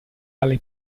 alle